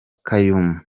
kaymu